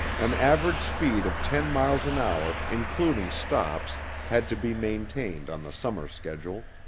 an average speed of ten miles an hour including stops had to be maintained on the summer schedule.